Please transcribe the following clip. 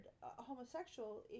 homosexual